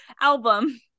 album